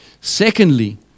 Secondly